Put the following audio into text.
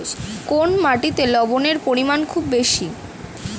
কোন মাটিতে লবণের পরিমাণ খুব বেশি?